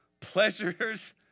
pleasures